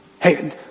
Hey